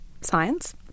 science